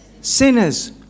sinners